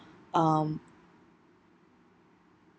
um